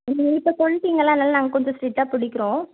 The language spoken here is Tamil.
நீங்கள் என்கிட்ட சொல்லிட்டீங்கள அதனால் நாங்கள் கொஞ்சம் ஸ்ட்ரிக்டாக பிடிக்கிறோம்